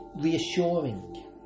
reassuring